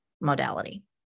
modality